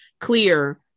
clear